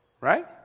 Right